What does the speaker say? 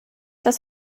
das